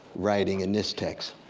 writing in this text,